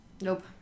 nope